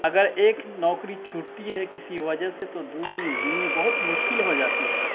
اگر ایک نوکری چھوٹتی ہے کسی وجہ سے تو دوسری ملنی بہت مشکل ہو جاتی ہے